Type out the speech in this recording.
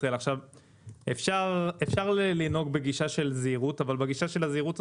פשר לעשות שינויים - אין לנו את בסיס הידע והמידע